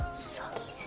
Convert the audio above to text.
sockie